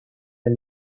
del